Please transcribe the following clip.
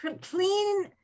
clean